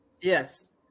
yes